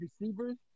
receivers